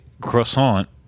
croissant